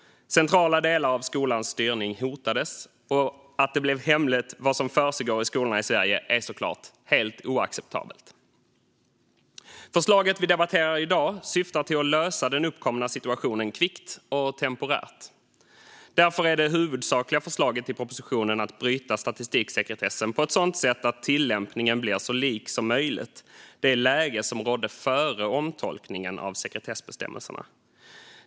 Centrala delar av skolans styrning hotades. Att vad som försiggår i skolorna i Sverige blev hemligt är såklart också helt oacceptabelt. Förslaget som vi debatterar i dag syftar till att lösa den uppkomna situationen kvickt och temporärt. Därför är det huvudsakliga förslaget i propositionen att bryta statistiksekretessen på ett sådant sätt att tillämpningen blir så lik som möjligt det läge som rådde före omtolkningen av sekretessbestämmelserna.